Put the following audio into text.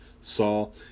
Saul